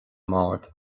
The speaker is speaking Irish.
mbord